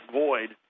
void